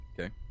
Okay